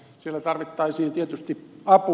siellä tarvittaisiin tietysti apua